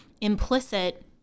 implicit